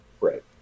Right